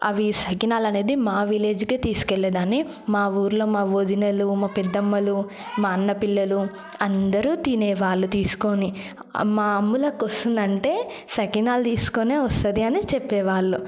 అవి సకినాలు అనేది మా విలేజ్కి తీసుకెళ్లే దాన్ని మా ఊర్లో మా వదినలు మా పెద్దమ్మలు మా అన్న పిల్లలు అందరూ తినేవాళ్లు తీసుకొని మా అమ్ములక్క వస్తుందంటే సకినాలు తీసుకొనే వస్తుంది అని చెప్పేవాళ్ళు